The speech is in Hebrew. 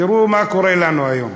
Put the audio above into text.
תראו מה קורה לנו היום,